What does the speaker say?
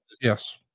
Yes